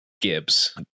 Gibbs